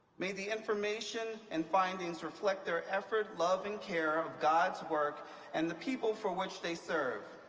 may the information and findings reflect their effort, love and care of god's work and the people for which they serve.